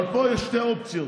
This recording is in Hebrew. אבל פה יש שתי אופציות.